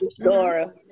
Dora